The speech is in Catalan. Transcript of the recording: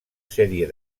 sèrie